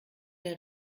der